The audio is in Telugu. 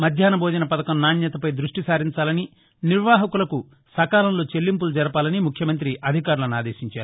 మధ్యాహ్న భోజన పథకం నాణ్యతపై దృష్టి సారించాలని నిర్వహకులకు సకాలంలో చెల్లింపులు జరపాలని ముఖ్యమంత్రి అధికారులను ఆదేశించారు